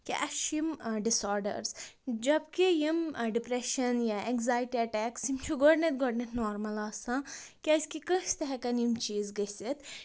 کہِ اَسہِ چھِ یِم ڈِس آڈٲرٕز جب کہ یِم ڈِپرٛٮ۪شَن یا اٮ۪نزایٹی اَٹیکٕس یِم چھِ گۄڈٕنٮ۪تھ گۄڈٕنٮ۪تھ نارمَل آسان کیٛازِ کہِ کٲنٛسہِ تہِ ہٮ۪کَن یِم چیٖز گٔژھِتھ